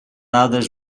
others